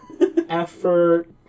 effort